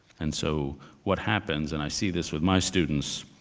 and so what happens, and i see this with my students,